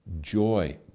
joy